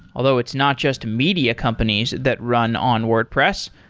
although it's not just media companies that run on wordpress.